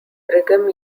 brigham